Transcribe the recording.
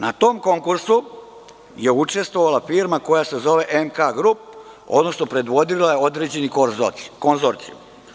Na tom konkursu je učestvovala firma koja se zove„MK Grupa“, odnosno predvodila je određeni konzorcijum.